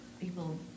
people